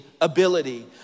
ability